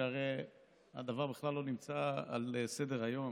שהרי הדבר בכלל לא נמצא על סדר-היום.